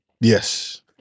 Yes